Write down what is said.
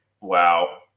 wow